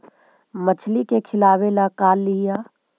मछली के खिलाबे ल का लिअइ?